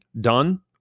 done